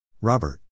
Robert